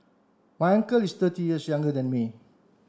my uncle is thirty years younger than me